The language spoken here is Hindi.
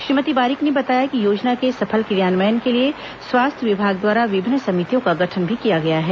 श्रीमती बारिक ने बताया कि योजना के सफल क्रियान्वयन के लिए स्वास्थ्य विभाग द्वारा विभिन्न समितियों का गठन भी किया गया है